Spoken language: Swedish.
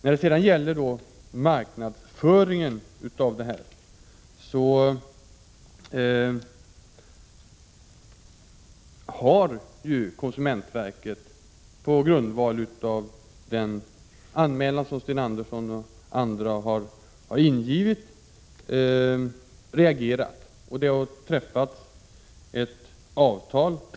När det sedan gäller marknadsföringen har konsumentverket reagerat på grundval av den anmälan som Sten Andersson och andra har ingivit, och det har träffats ett avtal.